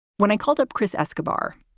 when i called up chris escobar,